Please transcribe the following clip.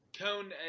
Cone